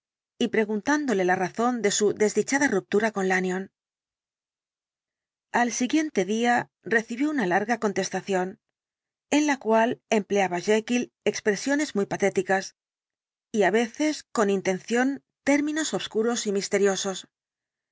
y preguntándole la razón de su desdichada ruptura con lannotable incidente del dr lanyón yon al siguiente día recibió una larga contestación en la cual empleaba jekyll expresiones muy patéticas y á veces con intención términos obscuros y misteriosos